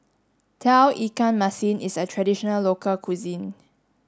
Tauge Ikan Masin is a traditional local cuisine